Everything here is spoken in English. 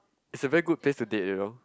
is a very good place to date you know